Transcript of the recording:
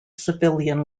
civilian